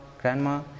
grandma